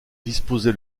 disposait